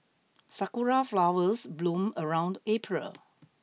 sakura flowers bloom around April